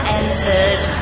entered